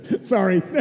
Sorry